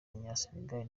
w’umunyasenegal